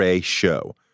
Show